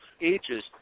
ages